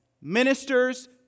ministers